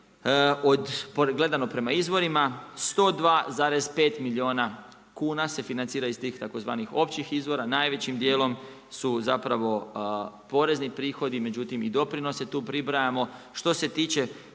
gledano prema izvorima 102,5 milijuna kuna se financira iz tih tzv. općih izvora, najvećim dijelom su zapravo porezni prihodi, međutim i doprinose tu pribrajamo. Što se tiče